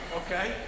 okay